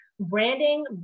branding